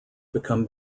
become